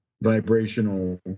vibrational